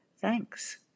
Thanks